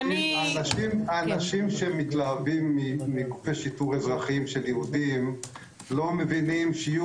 האנשים שמתלהבים מגופי שיטור אזרחיים של יהודים לא מבינים שיהיו